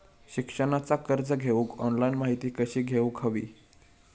शिक्षणाचा कर्ज घेऊक ऑनलाइन माहिती कशी घेऊक हवी?